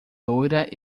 loira